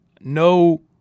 no